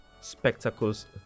Spectacles